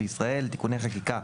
היה בישראל (תיקוני חקיקה),